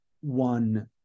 one